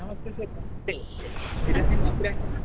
नमस्ते सर् नमस्ते इदानीम् अत्र